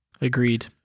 Agreed